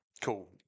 Cool